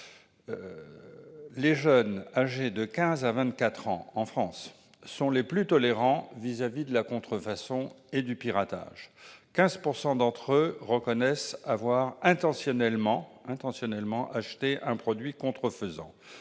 de quinze à vingt-quatre ans en France sont les plus tolérants vis-à-vis de la contrefaçon et du piratage. Ainsi, 15 % d'entre eux reconnaissent avoir intentionnellement acheté un produit contrefaisant,